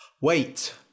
Wait